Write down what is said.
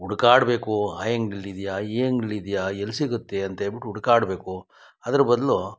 ಹುಡ್ಕಾಡ್ಬೇಕು ಆ ಅಂಗ್ಡಿಲಿದ್ಯಾ ಈ ಅಂಗಡಿಲಿದ್ಯಾ ಎಲ್ಲಿ ಸಿಗುತ್ತೆ ಅಂತೇಳ್ಬಿಟ್ಟು ಹುಡ್ಕಾಡ್ಬೇಕು ಅದ್ರ ಬದಲು